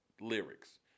lyrics